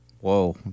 Whoa